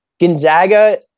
Gonzaga